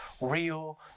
real